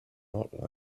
not